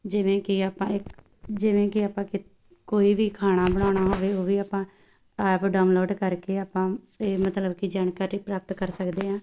ਜਿਵੇਂ ਕਿ ਆਪਾਂ ਇੱਕ ਜਿਵੇਂ ਕਿ ਆਪਾਂ ਕਿਤ ਕੋਈ ਵੀ ਖਾਣਾ ਬਣਾਉਣਾ ਹੋਵੇ ਉਹ ਵੀ ਆਪਾਂ ਐਪ ਡਾਊਨਲੋਡ ਕਰਕੇ ਆਪਾਂ ਇਹ ਮਤਲਬ ਕਿ ਜਾਣਕਾਰੀ ਪ੍ਰਾਪਤ ਕਰ ਸਕਦੇ ਹਾਂ